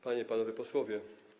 Panie i Panowie Posłowie!